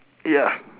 ya